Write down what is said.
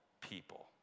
people